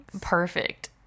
perfect